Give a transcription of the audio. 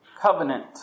covenant